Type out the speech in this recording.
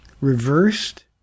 reversed